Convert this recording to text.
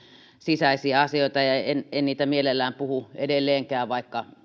sisäisiä asioita ja en en niistä mielelläni puhu edelleenkään vaikka